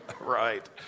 Right